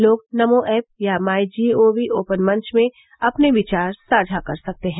लोग नमो ऐप या my G O V open मंच में अपने विचार साझा कर सकते हैं